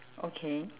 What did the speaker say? okay